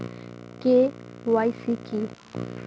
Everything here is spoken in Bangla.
কে.ওয়াই.সি কী?